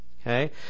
Okay